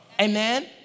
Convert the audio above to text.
Amen